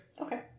Okay